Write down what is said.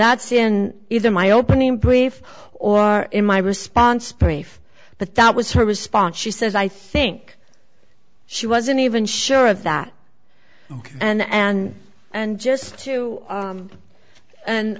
that's in either my opening brief or in my response brief but that was her response she says i think she wasn't even sure of that and and and just to